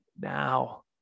now